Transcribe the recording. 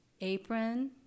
apron